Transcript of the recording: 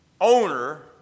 owner